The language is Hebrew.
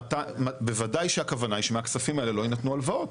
בוודאי שמהכספים האלו לא יינתנו הלוואות.